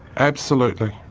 absolutely.